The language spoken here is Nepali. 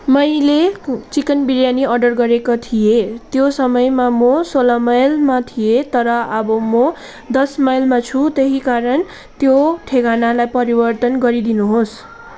मैले चिकन बिरयानी अर्डर गरेको थिएँ त्यो समयमा म सोह्र माइलमा थिएँ तर अब म दस माइलमा छु त्यही कारण त्यो ठेगानालाई परिवर्तन गरिदिनुहोस्